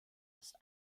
ist